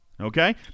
Okay